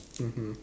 mmhmm